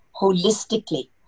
holistically